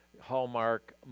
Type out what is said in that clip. Hallmark